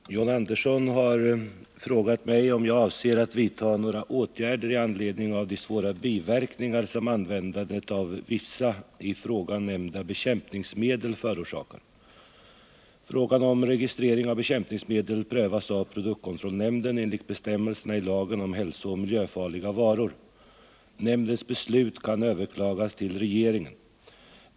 Herr talman! John Andersson har frågat mig om jag avser att vidta några åtgärder i anledning av de svåra biverkningar som användandet av vissa i frågan nämnda bekämpningsmedel förorsakar. Frågan om registrering av bekämpningsmedel prövas av produktkontrollnämnden enligt bestämmelserna i lagen om hälsooch miljöfarliga varor. Nämndens beslut kan överklagas till regeringen.